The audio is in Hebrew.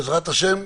בעזרת השם,